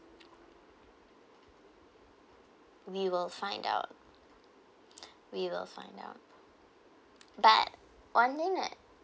we will find out we will find out but one thing that